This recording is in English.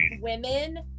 women